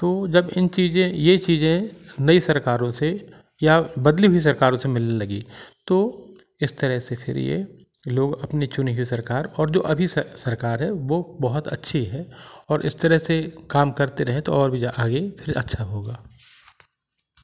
तो जब इन चीज़ें ये चीज़ें नई सरकारों से या बदली हुई सरकारों से मिलने लगी इस तरह से फिर ये लोग अपनी चुनी हुई सरकार और जो अभी सरकार है वो बहुत अच्छी है और इस तरह से काम करते रहे तो और भी आगे फिर अच्छा होगा